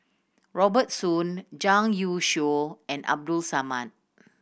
Robert Soon Zhang Youshuo and Abdul Samad